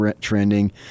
trending